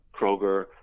Kroger